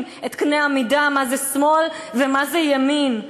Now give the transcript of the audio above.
את קנה המידה מה זה שמאל ומה זה ימין.